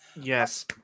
Yes